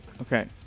Okay